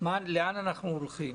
לאן אנחנו הולכים.